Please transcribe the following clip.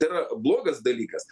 tai yra blogas dalykas